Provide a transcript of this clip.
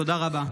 תודה רבה.